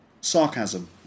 Sarcasm